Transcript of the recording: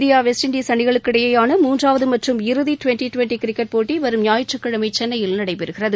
India West Indies அணிகளுக்கு இடையேயான மூன்றாவது மற்றும் இறுதி டுவெண்டி டுவெண்டி கிரிக்கெட் போட்டி வரும் ஞாயிற்றுக்கிழமை சென்னையில் நடைபெறுகிறது